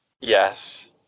Yes